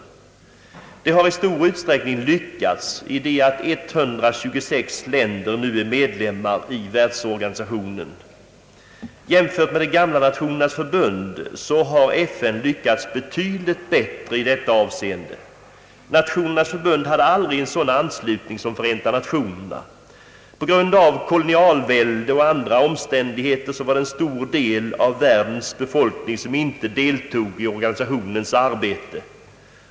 Detta har i stor utsträckning lyckats, i det att 126 länder nu är medlemmar av världsorganisationen. Jämfört med det gamla Nationernas förbund har FN lyckats betydligt bättre i detta avseende. Nationernas förbund hade aldrig en sådan anslutning. På grund av kolonialvälden och andra omständigheter var det en stor del av världens befolkning som inte deltog i organisationens arbete.